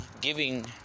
giving